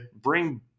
bring